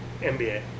NBA